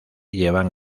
llevan